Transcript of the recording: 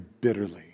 bitterly